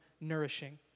nourishing